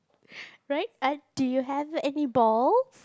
right ah do you have any balls